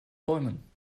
bäumen